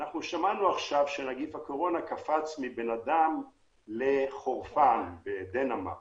שמענו עכשיו שנגיף הקורונה קפץ מאדם לחורפן בדנמרק